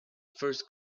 first